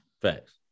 facts